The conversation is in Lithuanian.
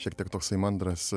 šiek tiek toksai mandras